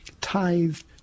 tithed